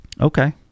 Okay